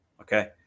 Okay